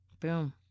Boom